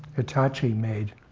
hitachi made.